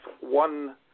one